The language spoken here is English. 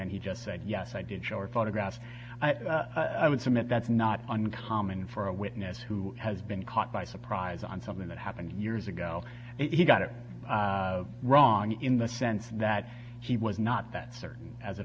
and he just said yes i did show or photographs i would submit that's not uncommon for a witness who has been caught by surprise on something that happened years ago and he got it wrong in the sense that he was not that certain as it